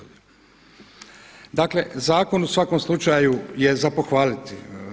Dakle, zakon u svakom slučaju je za pohvaliti.